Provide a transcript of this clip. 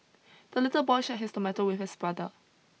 the little boy shared his tomato with his brother